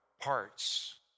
parts